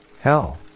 Hell